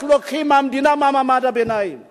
או שאפשר להסתכל בעיניים אל האזרח,